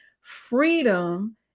freedom